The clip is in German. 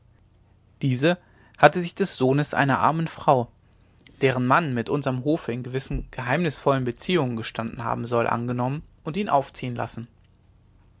diese hatte sich des sohnes einer armen frau deren mann mit unserm hofe in gewissen geheimnisvollen beziehungen gestanden haben soll angenommen und ihn aufziehen lassen